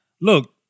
Look